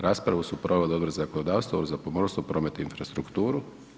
Raspravu su proveli Odbor za zakonodavstvo, Odbor za pomorstvo, prometnu infrastrukturu.